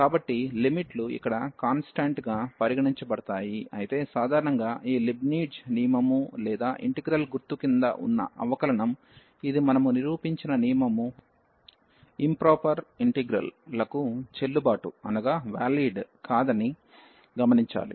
కాబట్టి లిమిట్ లు ఇక్కడ కాన్స్టాంట్ గా పరిగణించబడతాయి అయితే సాధారణంగా ఈ లీబ్నిట్జ్ నియమము లేదా ఇంటిగ్రల్ గుర్తు క్రింద ఉన్న అవకలనం ఇది మనము నిరూపించిన నియమము ఇంప్రాపర్ ఇంటిగ్రల్ లకు చెల్లుబాటు కాదని గమనించాలి